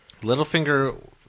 Littlefinger